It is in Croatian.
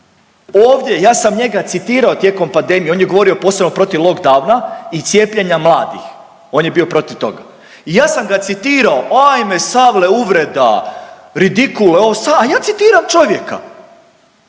ovdje ja sam njega citirao tijekom pandemije on je govorio posebno protiv lockdowna i cijepljenja mladih, on je bio protiv toga. Ja sam ga citirao, ajme salve uvreda, ridikul, a ja citiram čovjeka.